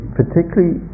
particularly